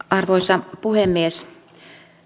arvoisa puhemies